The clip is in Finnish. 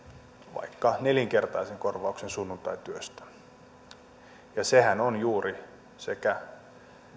vaikka nelinkertaisen korvauksen sunnuntaityöstä ja sehän on juuri sekä